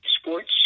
sports